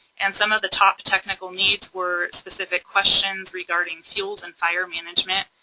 and some of the top technical needs were specific questions regarding fuels and fire management,